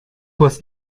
was